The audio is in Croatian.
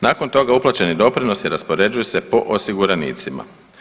Nakon toga uplaćeni doprinosi raspoređuju se po osiguranicima.